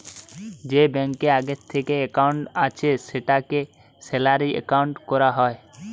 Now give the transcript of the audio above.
যে ব্যাংকে আগে থিকেই একাউন্ট আছে সেটাকে স্যালারি একাউন্ট কোরা যায়